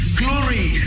glory